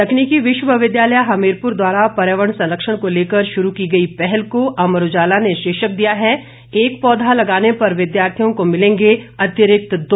तकनीकी विश्वविद्यालय हमीरपुर द्वारा पर्यावरण संरक्षण को लेकर शुरू की गई पहल को अमर उजाला ने शीर्षक दिया है एक पौधा लगाने पर विद्यार्थियों को मिलेंगे अतिरिक्त दो कोडिट